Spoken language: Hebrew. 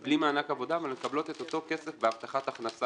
בלי מענק עבודה אבל מקבלות את אותו כסף בהבטחת הכנסה.